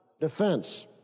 defense